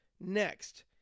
Next